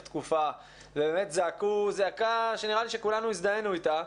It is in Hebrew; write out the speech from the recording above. תקופה ובאמת זעקו זעקה שנראה לי שכולנו הזדהינו איתה,